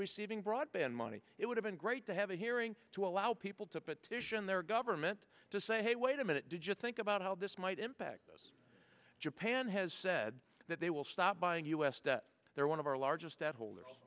receiving broadband money it would have been great to have a hearing to allow people to petition their government to say hey wait a minute did you think about how this might impact us japan has said that they will stop buying u s debt their one of our largest debt holders